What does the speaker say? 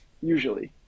Usually